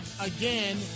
again